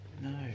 No